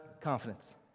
confidence